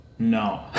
no